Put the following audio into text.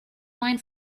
wine